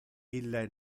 ille